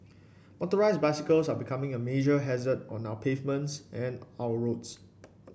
motorised bicycles are becoming a major hazard on our pavements and our roads